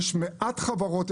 יחסית יש מעט חברות,